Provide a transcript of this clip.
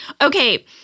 Okay